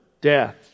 death